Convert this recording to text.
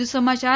વધુ સમાચાર